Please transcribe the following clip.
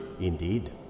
Indeed